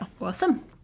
Awesome